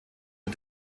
der